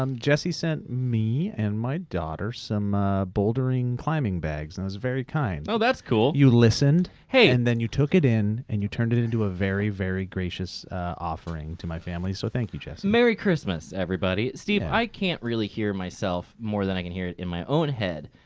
um jesse sent me and my daughter some bouldering climbing bags and that was very kind. oh, that's cool. you listened and then you took it in and you turned it it into a very, very gracious offering to my family. so, thank you jesse. merry christmas, everybody. steve, i can't really hear myself more than i can hear it in my own head.